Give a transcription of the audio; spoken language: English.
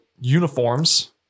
uniforms